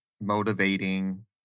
motivating